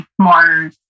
more